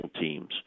teams